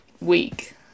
week